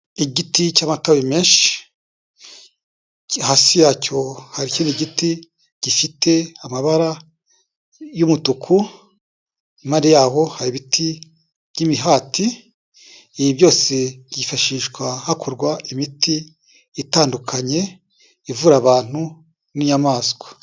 Igiti cy'amababi menshi, hasi ya cyo hari ikindi giti gifite amabara y'umutuku, impande yaho hari ibiti by'imihati, ibi byose byifashishwa hakorwa imiti itandukanye ivura abantu n'inyamaswa.